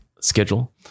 schedule